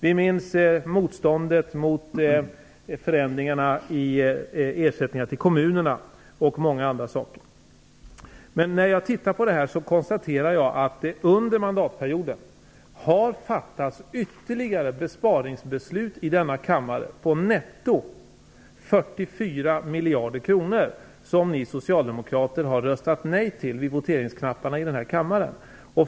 Vi minns motståndet mot förändringarna i ersättningarna till kommunerna och många andra saker. Jag konstaterar att det under mandatperioden har fattats ytterligare besparingsbeslut i denna kammare på netto 44 miljarder kronor som ni socialdemokrater har röstat nej till med voteringsknapparna.